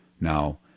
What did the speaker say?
Now